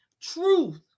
truth